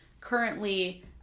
currently